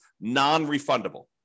non-refundable